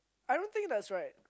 I don't think that's right